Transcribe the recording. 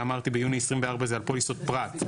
שאמרתי ביוני 2024 זה הפוליסות פרט.